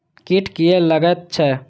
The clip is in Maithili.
कीट किये लगैत छै?